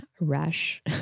rush